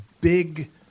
big